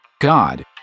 God